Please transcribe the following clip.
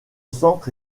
centre